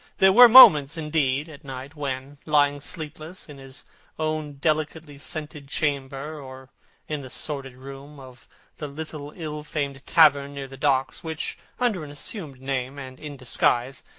there were moments, indeed, at night, when, lying sleepless in his own delicately scented chamber, or in the sordid room of the little ill-famed tavern near the docks which, under an assumed name and in disguise,